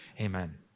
amen